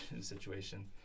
situation